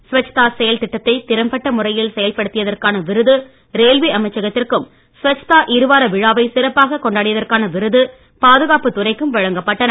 ஸ்வச்தா செயல் திட்டத்தை திறப்பட்ட முறையில் செயல்படுத்தியதற்கான விருது ரயில்வே அமைச்சகத்திற்கும் ஸ்வச்தா இருவார விழாவை சிறப்பாகக் கொண்டாடியதற்கான விருது பாதுகாப்புத் துறைக்கும் வழங்கப்பட்டன